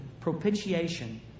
propitiation